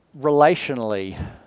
relationally